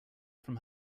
from